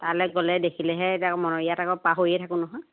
তালে গ'লে দেখিলেহে এতিয়া আকৌ ইয়াত আকৌ পাহৰিয় থাকোঁ নহয়